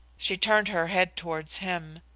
she turned her head towards him.